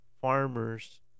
farmers